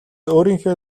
өөрийнхөө